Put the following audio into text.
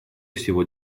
всего